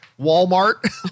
Walmart